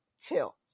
chill